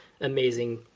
amazing